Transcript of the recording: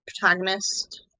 protagonist